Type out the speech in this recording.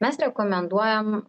mes rekomenduojam